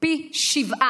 פי שבעה,